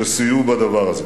שסייעו בדבר הזה.